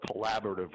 collaborative